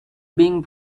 being